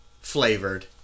flavored